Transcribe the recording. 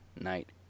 night